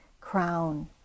crown